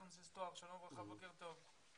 הקונסיסטואר, שלום וברכה, בוקר טוב.